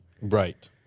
Right